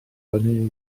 rydyn